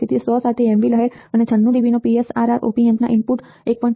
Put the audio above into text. તેથી 100 સાથે mV લહેર અને 96 dB નો PSRR op amp ઇનપુટ 1